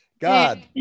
God